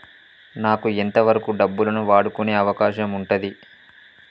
నాకు ఎంత వరకు డబ్బులను వాడుకునే అవకాశం ఉంటది?